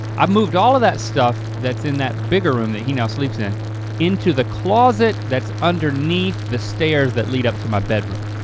i moved all of that stuff that's in that bigger room that he now sleeps in into the closet that's underneath the stairs that lead up to my bedroom.